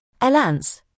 Elance